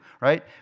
right